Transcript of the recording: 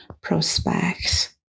prospects